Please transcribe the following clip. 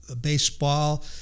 baseball